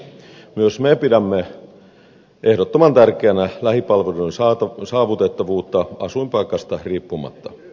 myös me pidämme ehdottoman tärkeänä lähipalveluiden saavutettavuutta asuinpaikasta riippumatta